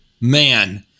man